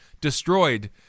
destroyed